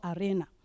arena